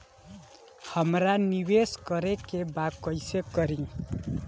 हमरा निवेश करे के बा कईसे करी?